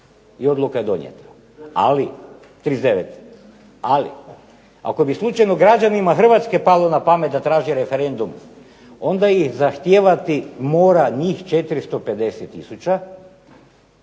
i odluka je donijeta. Ali ako bi slučajno građanima Hrvatske palo na pamet da traže referendum onda i zahtijevati mora njih 450 tisuća,